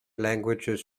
languages